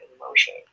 emotion